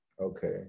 Okay